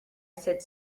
said